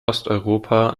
osteuropa